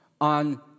on